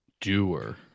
doer